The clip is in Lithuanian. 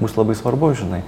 bus labai svarbu žinai